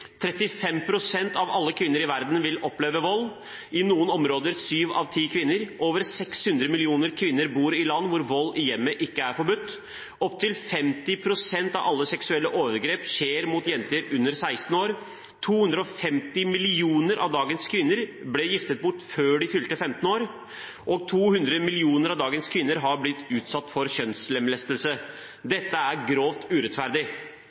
av alle kvinner i verden opplever vold, i noen områder sju av ti kvinner. Over 600 millioner kvinner bor i land hvor vold i hjemmet ikke er forbudt. Opptil 50 pst. av alle seksuelle overgrep skjer mot jenter under 16 år. 250 millioner av dagens kvinner ble giftet bort før de fylte 15 år, og 200 millioner av dagens kvinner har blitt utsatt for kjønnslemlestelse. Dette er grovt urettferdig.